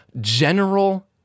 general